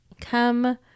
come